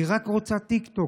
היא רוצה רק טיקטוק.